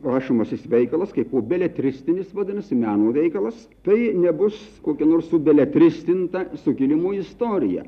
rašomasis veikalas kaipo beletristinis vadinasi meno veikalas tai nebus kokia nors subeletristinta sukilimo istorija